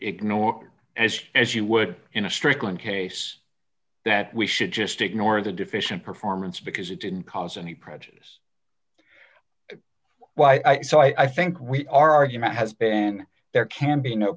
ignore as as you would in a strickland case that we should just ignore the deficient performance because it didn't cause any prejudice why so i think we are argument has been there can be no